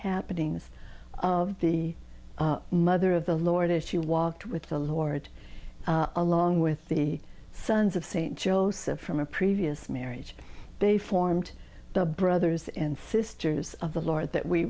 happenings of the mother of the lord as she walked with the lord along with the sons of st joseph from a previous marriage they formed the brothers and sisters of the lord that we